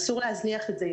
אסור להזניח את זה.